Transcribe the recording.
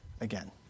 again